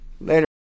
Later